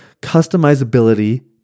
customizability